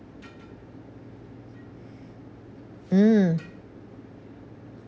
mm